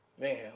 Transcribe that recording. man